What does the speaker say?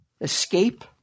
escape